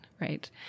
right